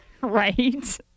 Right